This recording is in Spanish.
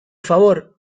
favor